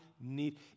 need